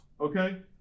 okay